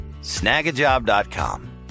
Snagajob.com